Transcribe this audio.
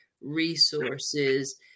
resources